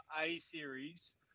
A-series